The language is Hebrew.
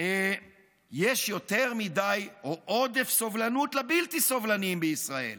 יש יותר מדי או עודף סובלנות לבלתי סובלניים בישראל,